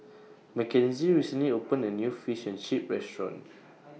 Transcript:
Makenzie recently opened A New Fish and Chips Restaurant